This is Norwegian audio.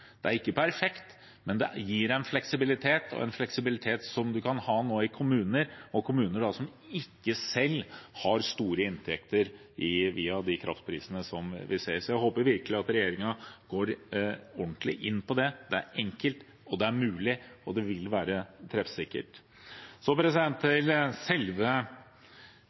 Det er ikke perfekt, men det gir en fleksibilitet i kommunene – og i kommuner som ikke selv har store inntekter via de kraftprisene vi ser. Så jeg håper virkelig at regjeringen går ordentlig inn på det. Det er enkelt, det er mulig, og det vil være treffsikkert. Til selve